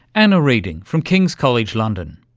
anna reading from king's college london.